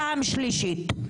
פעם שלישית,